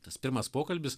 tas pirmas pokalbis